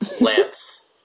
lamps